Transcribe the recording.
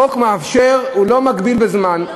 החוק מאפשר, הוא לא מגביל בזמן.